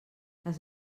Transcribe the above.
les